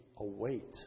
Await